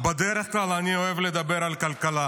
בדרך כלל אני אוהב לדבר על כלכלה.